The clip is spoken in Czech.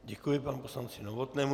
Děkuji panu poslanci Novotnému.